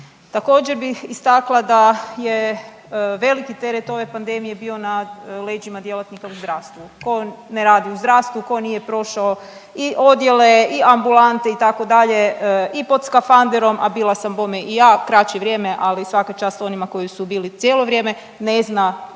Također bih istakla da je veliki teret ove pandemije bio na leđima djelatnika u zdravstvu. Tko ne radi u zdravstvu, tko nije prošao i odjele i ambulante itd. i pod skafanderom, a bila sam bome i ja, kraće vrijeme ali svaka čast onima koji su bili cijelo vrijeme ne zna